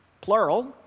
Plural